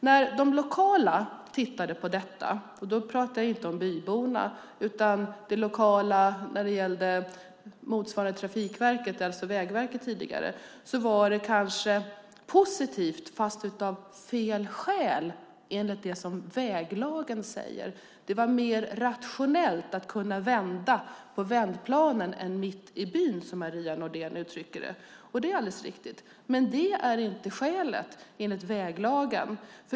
När de lokala tittade på detta, och då pratar jag inte om byborna utan om den lokala delen av det som motsvarar Trafikverket, alltså tidigare Vägverket, var det kanske positivt fast av fel skäl enligt det som väglagen säger. Det var mer rationellt att kunna vända på vändplanen än mitt i byn, som Maria Nordén uttrycker det. Det är alldeles riktigt. Men det är inte ett skäl enligt väglagen.